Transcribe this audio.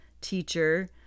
Teacher